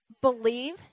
believe